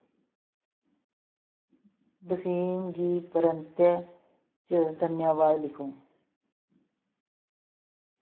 वसीम गी परते च धन्नवाद लिखो